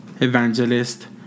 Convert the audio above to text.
evangelist